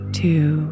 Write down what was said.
two